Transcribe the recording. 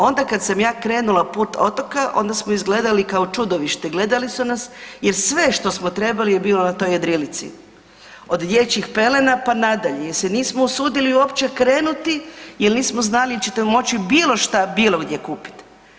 Onda kad sam ja krenula put otoka onda smo izgledali kao čudovište, gledali su nas jer sve što smo trebali je bilo na toj jedrilici, od dječjih pelena pa nadalje jer se nismo usudili uopće krenuti jer nismo znali jel ćete vi moći bilo šta bilo gdje kupiti.